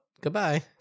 goodbye